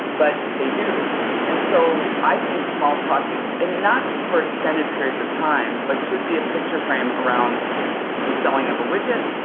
but they do and so i think small talk and not for extended periods of time but should be a picture frame around the selling of a widget,